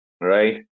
right